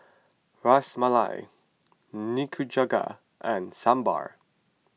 Ras Malai Nikujaga and Sambar